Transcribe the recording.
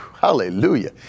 Hallelujah